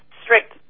strict